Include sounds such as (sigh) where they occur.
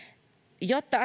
jotta (unintelligible)